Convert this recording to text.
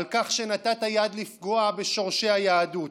על כך שנתת יד לפגוע בשורשי היהדות,